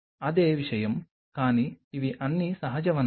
అదే విషయం కానీ ఇవి అన్ని సహజ వనరులు